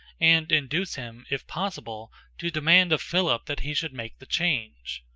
and induce him, if possible, to demand of philip that he should make the change.